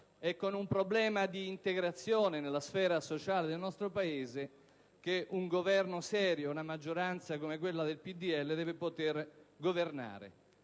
e un problema di integrazione nella sfera sociale del nostro Paese, che un Governo serio e una maggioranza come quella del PdL deve poter governare.